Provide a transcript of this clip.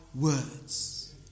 words